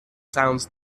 sounds